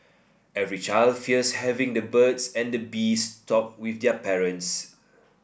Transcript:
every child fears having the birds and the bees talk with their parents